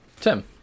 Tim